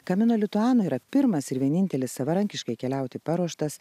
kamino lituano yra pirmas ir vienintelis savarankiškai keliauti paruoštas